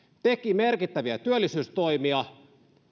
teki merkittäviä työllisyystoimia